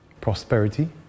prosperity